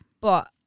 But-